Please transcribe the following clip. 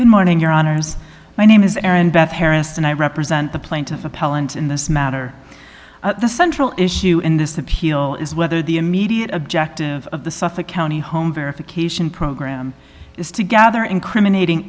good morning your honour's my name is erin bev harris and i represent the plaintiff appellant in this matter the central issue in this appeal is whether the immediate objective of the suffolk county home verification program is to gather incriminating